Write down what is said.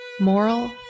moral